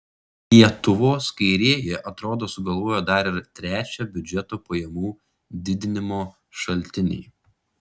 lietuvos kairieji atrodo sugalvojo dar ir trečią biudžeto pajamų didinimo šaltinį